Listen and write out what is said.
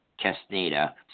Castaneda